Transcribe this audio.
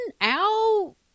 out